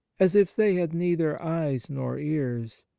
as if they had neither eyes nor ears,